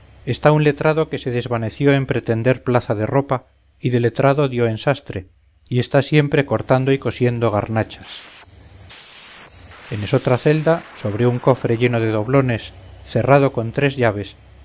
está un letrado que se desvaneció en pretender plaza de ropa y de letrado dió en sastre y está siempre cortando y cosiendo garnachas en esotra celda sobre un cofre lleno de doblones cerrado con tres llaves